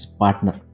partner